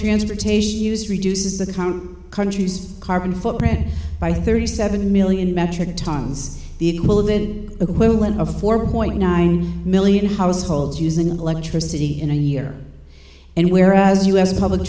transportation use reduces the count countries carbon footprint by thirty seven million metric tons the equivalent of one of four point nine million households using electricity in a year and whereas u s public